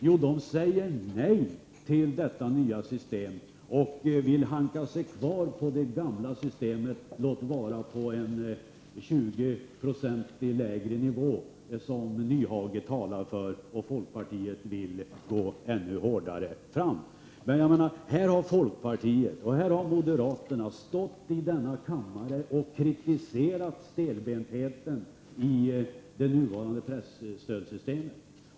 Jo, de säger nej till det nya systemet och vill hanka sig kvar i det gamla systemet — låt vara på en nivå som är 20 96 lägre, som Hans Nyhage talar för. Folkpartiet vill gå ännu hårdare fram. Folkpartiet och moderaterna har stått här i denna kammare och kritiserat stelbentheten i det nuvarande pressystemet.